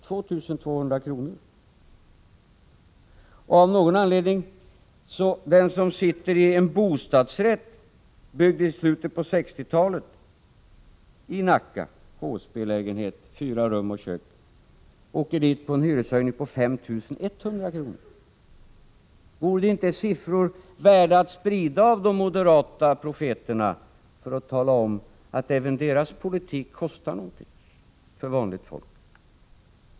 Den som har en bostadsrätt, en HSB-lägenhet på fyra rum och kök, byggd i slutet av 1960-talet, åker på en hyreshöjning på 5 100 kr. Är det inte siffror värda att sprida av de moderata profeterna, för att tala om att även deras politik kostar någonting för vanligt folk?